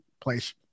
place